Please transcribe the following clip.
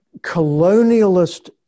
colonialist